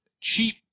cheap